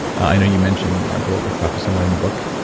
i know you mentioned bulletproof coffee somewhere in the book.